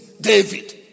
David